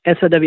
SOW